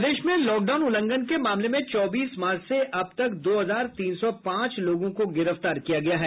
प्रदेश में लॉकडाउन उल्लंघन के मामले में चौबीस मार्च से अब तक दो हजार तीन सौ पांच लोगों को गिरफ्तार किया गया है